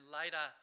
later